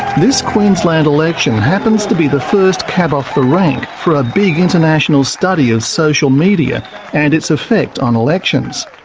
this queensland election happens to be the first cab off the rank for a big international study of social media and its effect on elections.